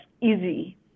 easy